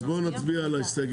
אז בואו נצביע על הסתייגות.